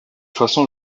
façon